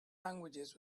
languages